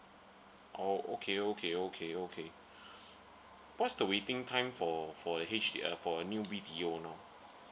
oh okay okay okay okay what's the waiting time for for the H_D uh for a new B_T_O now